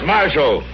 Marshal